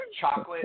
Chocolate